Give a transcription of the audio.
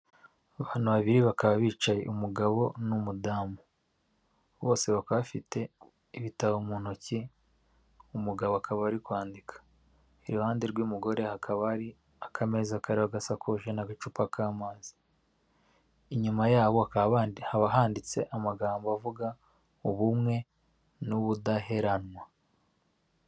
Abantu babiri bakaba bicaye; umugabo n'umudamu. Bose bakafite ibitabo mu ntoki, umugabo akaba ari kwandika. Iruhande rw'umugore hakaba ari akameza kariho agasakoshe n'agacupa k'amazi. Inyuma yabo hakaba handitse amagambo avuga: "ubumwe n'ubudaheranwa."